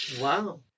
Wow